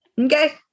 okay